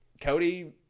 Cody